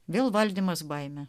vėl valdymas baimę